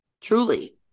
truly